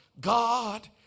God